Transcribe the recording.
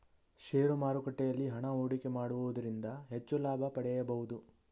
share ಮಾರುಕಟ್ಟೆಯಲ್ಲಿ ಹಣ ಹೂಡಿಕೆ ಮಾಡುವುದರಿಂದ ಹೆಚ್ಚು ಲಾಭ ಪಡೆಯಬಹುದು